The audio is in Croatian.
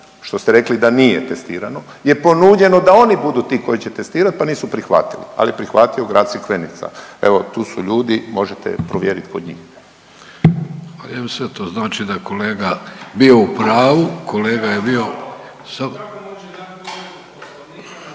što ste rekli da nije testirano, je ponuđeno da oni budu ti koji će testirat, pa nisu prihvatili, ali je prihvatio grad Crikvenica. Evo tu su ljudi, možete provjerit kod njih. **Vidović, Davorko (Socijaldemokrati)**